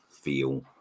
feel